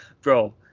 bro